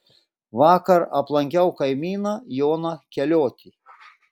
vakar aplankiau kaimyną joną keliotį